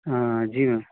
हाँ जी मैम